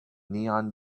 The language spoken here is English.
neon